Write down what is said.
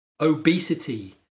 obesity